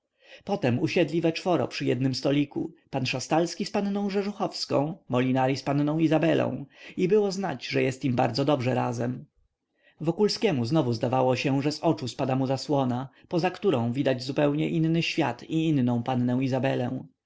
potem usiedli we czworo przy jednym stoliku pan szastalski z panną rzeżuchowską molinari z panną izabelą i było znać że jest im bardzo dobrze razem wokulskiemu znowu zdawało się że z oczu spada mu zasłona poza którą widać zupełnie inny świat i inną pannę izabelę